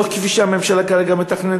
לא כפי שהממשלה כרגע מתכננת,